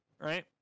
right